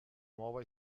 nuova